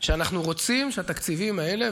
שאנחנו רוצים שהתקציבים האלה,